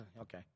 okay